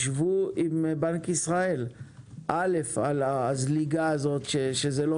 שבו עם בנק ישראל אל"ף על הזליגה הזאת שזה לא